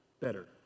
better